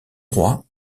droit